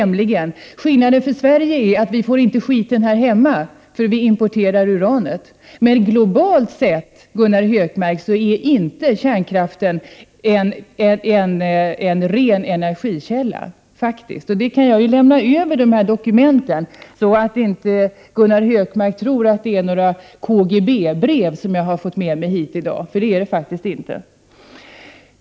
Men vi får inte skiten här hemma, eftersom vi importerar uranet, men globalt sett, Gunnar Hökmark, är kärnkraften inte någon ren energikälla. Jag kan lämna över de dokument som jag har, så att Gunnar Hökmark inte tror att det är några KGB-brev som jag har fått med mig hit i dag. Det är det faktiskt inte.